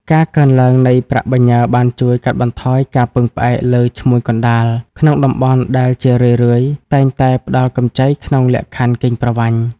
ការកើនឡើងនៃប្រាក់បញ្ញើបានជួយកាត់បន្ថយការពឹងផ្អែកលើ "ឈ្មួញកណ្ដាល" ក្នុងតំបន់ដែលជារឿយៗតែងតែផ្ដល់កម្ចីក្នុងលក្ខខណ្ឌកេងប្រវ័ញ្ច។